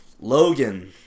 Logan